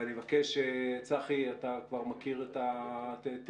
ואני מבקש, צחי, אתה כבר מכיר את התרגולת,